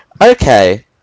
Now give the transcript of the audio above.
Okay